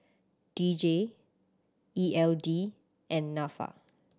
D J E L D and Nafa